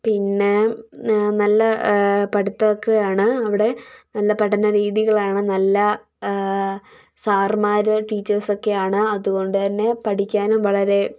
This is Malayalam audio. പിന്നെ നല്ല പഠിത്തമൊക്കെയാണ് അവിടെ നല്ല പഠനരീതികളാണ് നല്ല സാറുമാർ ടീച്ചേഴ്സ് ഒക്കെ ആണ് അതുകൊണ്ട് തന്നെ പഠിക്കാനും വളരെ